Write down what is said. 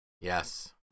Yes